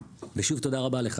ושוב תודה רבה לך,